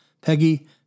Peggy